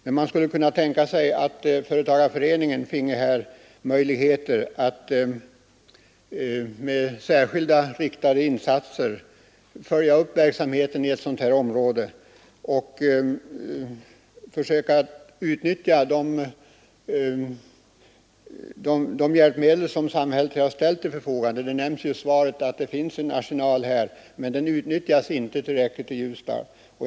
Men man skulle också kunna tänka sig att företagarföreningen fick möjligheter att genom särskilt riktade insatser och extra anslag följa upp verksamheten i ett sådant här område och därvid försöka utnyttja de hjälpmedel som samhället ställt till förfogande. Det sägs i svaret att det här finns en arsenal av regionalpolitiska stödåtgärder, men denna utnyttjas inte tillräckligt i Ljusdal.